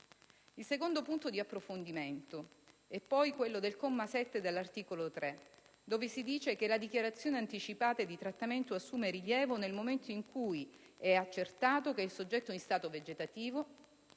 Il secondo punto di approfondimento è quello relativo al comma 7 dell'articolo 3, nel quale si dice che "la dichiarazione anticipata di trattamento assume rilievo nel momento in cui è accertato che il soggetto in stato vegetativo